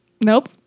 Nope